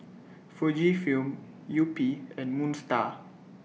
Fujifilm Yupi and Moon STAR